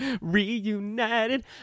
Reunited